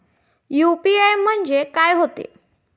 UPI म्हणजे का होते?